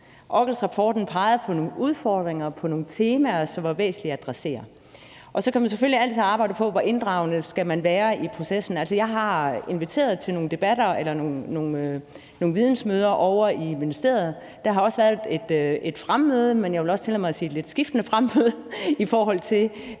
Okkels-rapporten pegede på nogle udfordringer og på nogle temaer, som var væsentlige at adressere. Så kan man selvfølgelig altid arbejde på, hvor inddragende man skal være i processen. Altså, jeg har inviteret til nogle vidensmøder ovre i ministeriet. Der har også været et fremmøde, men jeg vil også tillade mig at sige et lidt skiftende fremmøde, i forhold til